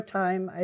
time